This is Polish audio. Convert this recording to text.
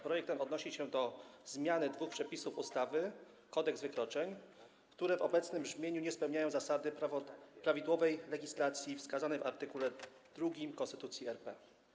Projekt ten odnosi się do zmiany dwóch przepisów ustawy Kodeks wykroczeń, które w obecnym brzmieniu nie spełniają zasady prawidłowej legislacji wskazanej w art. 2 Konstytucji RP.